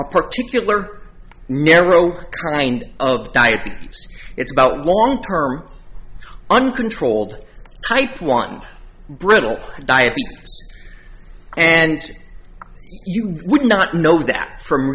a particular narrow mind of diabetes it's about long term uncontrolled type one brittle diabetes and you would not know that from